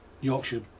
Yorkshire